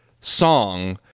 song